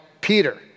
Peter